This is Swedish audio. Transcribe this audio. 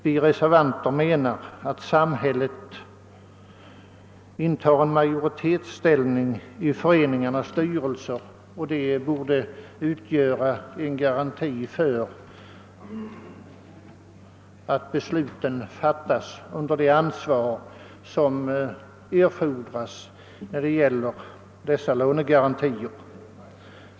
Vi reservanter hänvisar emellertid till att samhället intar en majoritetsställning i dessa föreningars styrelser, vilket borde utgöra en garanti för att besluten fattas under sådant ansvar som erfordras när det gäller lånegarantier.